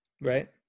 right